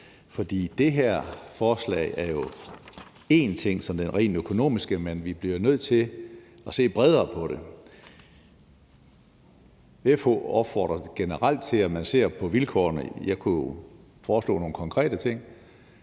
For det her forslag er jo én ting, der handler om det rent økonomiske, men vi bliver nødt til at se bredere på det. FH opfordrer generelt til, at man ser på vilkårene. Jeg kunne foreslå nogle konkrete ting,